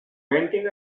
renting